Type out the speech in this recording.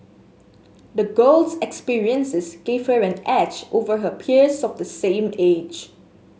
the girl's experiences gave her an edge over her peers of the same age